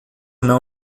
não